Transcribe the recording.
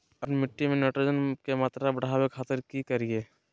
आपन मिट्टी में नाइट्रोजन के मात्रा बढ़ावे खातिर की करिय?